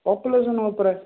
population ଉପରେ